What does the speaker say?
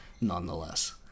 nonetheless